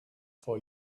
for